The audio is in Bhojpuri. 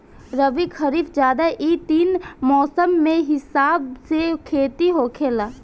रबी, खरीफ, जायद इ तीन मौसम के हिसाब से खेती होखेला